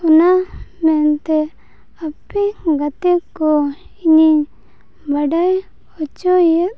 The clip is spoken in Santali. ᱚᱱᱟ ᱢᱮᱱᱛᱮ ᱟᱯᱮ ᱜᱟᱛᱮ ᱠᱚ ᱤᱧᱤᱧ ᱵᱟᱰᱟᱭ ᱦᱚᱪᱚᱭᱮᱫ